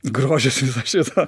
grožisi viso šito